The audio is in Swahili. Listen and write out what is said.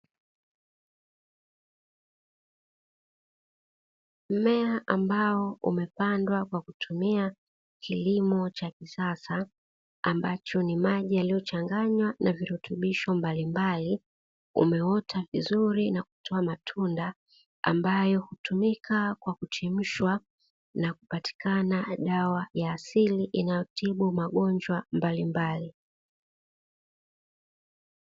Mmea ambao umepandwa kwa kutumia kilimo cha kisasa ambacho ni maji yaliyochanganywa na virutubisho mbalimbali, umeota vizuri na kutoa matunda ambayo hutumika kwa kuchemshwa na kupatikana dawa ya asili inayotibu magonjwa mbalimbali.